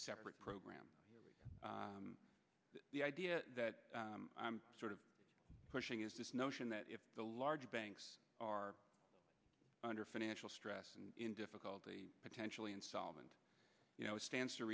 separate program the idea that i'm sort of pushing is this notion that if the large banks are under financial stress and in difficulty potentially insolvent it stands to